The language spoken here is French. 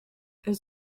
elle